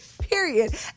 Period